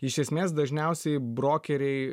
iš esmės dažniausiai brokeriai